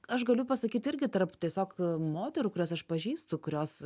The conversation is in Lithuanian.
aš galiu pasakyt irgi tarp tiesiog moterų kurias aš pažįstu kurios